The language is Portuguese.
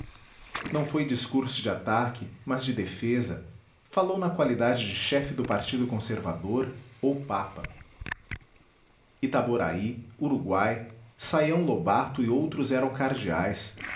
não foi discurso de ataque mas de defesa falou na qualidade de chefe do partido conservador ou papa itaboraí uruguai saião lobato e outros eram cardeais